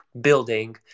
building